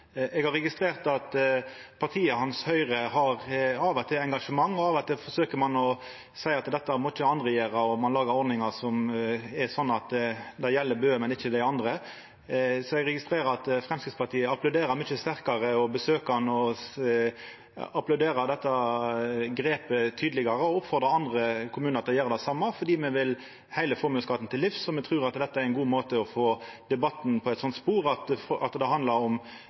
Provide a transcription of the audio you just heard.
Eg har registrert at partiet hans, Høgre, har eit engasjement, at ein av og til forsøkjer å seia at dette må ikkje andre gjera, at ein lagar ordningar som er slik at det gjeld Bø, men ikkje dei andre. Eg registrerer at Framstegspartiet applauderer mykje sterkare, besøkjer han, applauderer dette grepet tydelegare og oppfordrar andre kommunar til å gjera det same, for me vil heile formuesskatten til livs, og me trur at dette er ein god måte å få debatten inn på eit spor der det handlar om